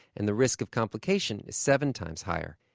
and the risk of complication is seven times higher.